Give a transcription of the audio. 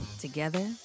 together